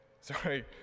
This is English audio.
sorry